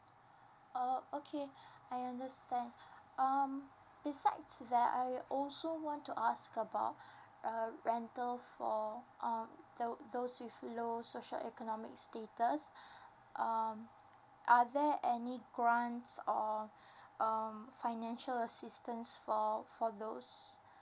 oh okay I understand um besides that I also want to ask about uh rental for um the those with low social economic status um are there any grants or um financial assistance for for those